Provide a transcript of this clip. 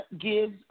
gives